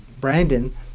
Brandon